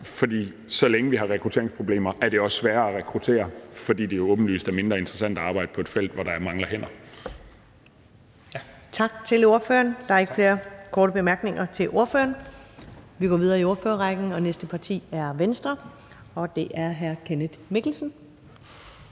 for så længe vi har rekrutteringsproblemer, er det også sværere at rekruttere, fordi det jo åbenlyst er mindre interessant at arbejde på et felt, hvor der mangler hænder. Kl. 19:31 Første næstformand (Karen Ellemann): Tak til ordføreren. Der er ikke flere korte bemærkninger til ordføreren. Vi går videre i ordførerrækken til hr. Kenneth Mikkelsen,